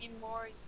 more